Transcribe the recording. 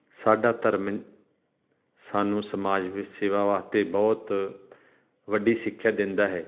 ਸਾਡਾ ਧਰਮ ਸਾਨੂੰ ਸਮਾਜ ਵਿੱਚ ਸੇਵਾ ਵਾਸਤੇ ਬਹੁਤ ਵੱਡੀ ਸਿੱਖਿਆ ਦਿੰਦਾ ਹੈ